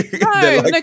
no